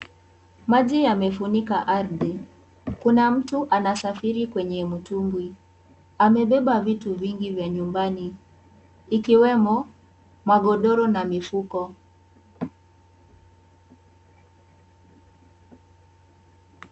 Maji yamefunika ardhi. Kuna mtu anasafiri kwenye mtumbwi. Amebeba vitu nyingi vya nyumbani ikiwemo magodoro na mifuko.